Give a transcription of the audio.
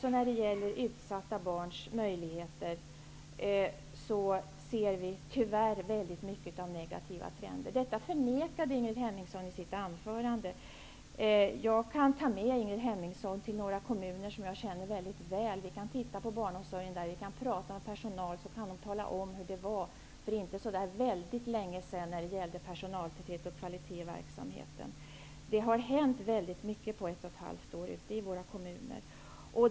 Även när det gäller utsatta barns möjligheter ser vi tyvärr väldigt mycket av negativa trender. Detta förnekade Ingrid Hemmingsson i sitt anförande. Jag kan ta med Ingrid Hemmingsson till några kommuner som jag känner mycket väl. Vi kan titta på barnomsorgen där. Vi kan prata med personal som kan tala om hur det för inte så väldigt länge sedan var med personaltäthet och kvalitet i verksamheten. Det har hänt väldigt mycket på ett och ett halvt år ute i våra kommuner.